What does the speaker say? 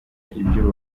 ibyo